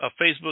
Facebook